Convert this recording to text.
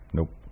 Nope